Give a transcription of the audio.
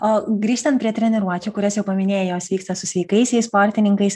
o grįžtant prie treniruočių kurias jau paminėjai jos vyksta su sveikaisiais sportininkais